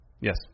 Yes